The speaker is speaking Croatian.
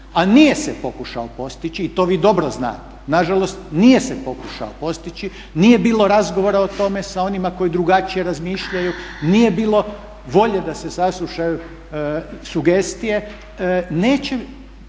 a nije se pokušao postići i to vi dobro znate, nažalost nije se pokušao postići, nije bilo razgovora o tome sa onima koji drugačije razmišljaju, nije bilo volje da se saslušaju sugestije, neće